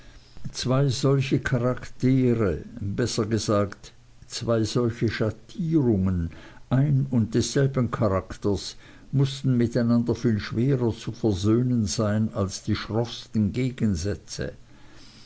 zwei solche charaktere besser gesagt zwei solche schattierungen ein und desselben charakters mußten miteinander viel schwerer zu versöhnen sein als die schroffsten gegensätze